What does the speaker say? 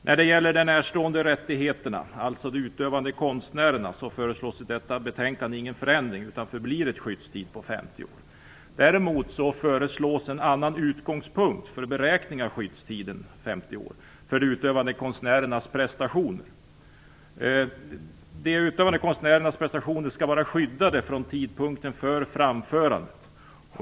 När det gäller de närstående rättigheterna, alltså de utövande konstnärerna, föreslås i detta betänkande ingen förändring utan skyddstiden förblir på 50 år. Däremot föreslås en annan utgångspunkt för beräkningen av skyddstiden, 50 år, för de utövande konstnärernas prestationer. De utövande konstnärernas prestationer skall vara skyddade från tidpunkten för framförandet.